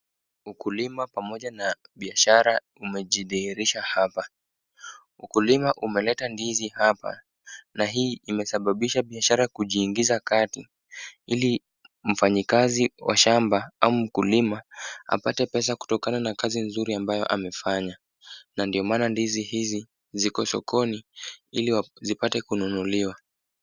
Ukulima pamoja na biashara umejidhihirisha hapa. Ukulima umeleta ndizi hapa na hii imesababisha biashara kujiingiza kati ili mfanyikazi wa shamba ama mkulima apate pesa kutokana na kazi nzuri ambayo amefanya na ndio maana ndizi hizi ziko sokoni ili zipate kununuliwa.